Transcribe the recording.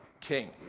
king